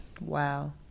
wow